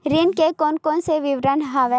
ऋण के कोन कोन से विकल्प हवय?